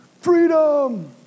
freedom